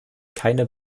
keine